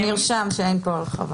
נרשם לפרוטוקול שאין פה הרחבה.